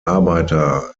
arbeiter